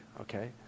okay